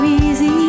easy